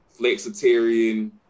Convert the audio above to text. flexitarian